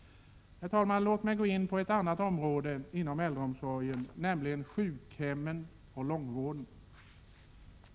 Herr talman! Låt mig gå in på ett annat område inom äldreomsorgen, nämligen sjukhemmen och långvården.